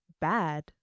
bad